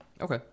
Okay